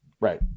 Right